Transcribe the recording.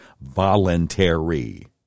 voluntary